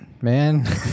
man